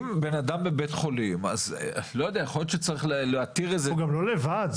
אם אדם נמצא בבית חולים אז יכול להיות שצריך להתיר לו --- הוא לא לבד.